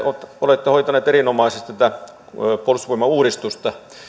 olette hoitanut erinomaisesti tätä puolustusvoimauudistusta